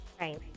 Right